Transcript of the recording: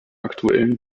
aktuellen